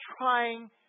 trying